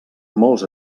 molts